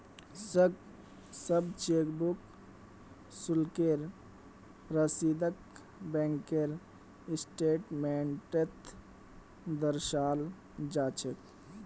सब चेकबुक शुल्केर रसीदक बैंकेर स्टेटमेन्टत दर्शाल जा छेक